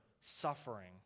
suffering